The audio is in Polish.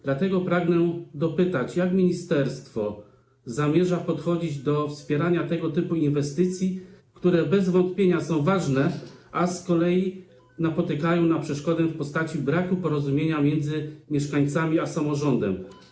Dlatego pragnę dopytać: Jak ministerstwo zamierza podchodzić do wspierania tego typu inwestycji, które bez wątpienia są ważne, a z kolei napotykają przeszkodę w postaci braku porozumienia między mieszkańcami a samorządem?